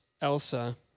Elsa